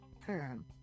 perm